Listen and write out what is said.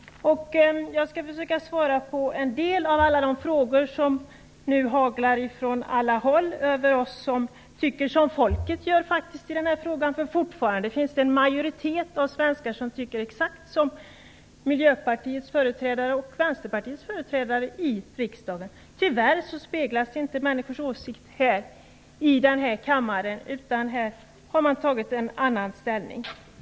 Jag skall försöka svara på en del av alla de frågor som nu haglar från alla håll över oss som tycker som folket gör i den här frågan. Det finns fortfarande en majoritet av svenskar som tycker exakt som Miljöpartiets och Vänsterpartiets företrädare i riksdagen. Tyvärr speglas inte människors åsikt i den här kammaren utan här har man tagit en annan ställning.